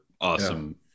awesome